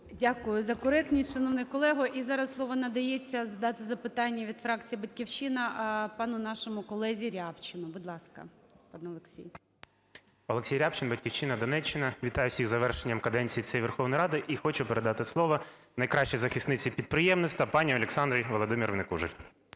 Дякую за коректність, шановний колего. І зараз слово надається задати запитання від фракції "Батьківщина" пану нашому колезі Рябчину. Будь ласка, пане Олексій. 10:57:44 РЯБЧИН О.М. Олексій Рябчин, "Батьківщина", Донеччина. Вітаю всіх з завершенням каденції цієї Верховної Ради. І хочу передати слово найкращій захисниці підприємництва пані Олександрі Володимирівні Кужель.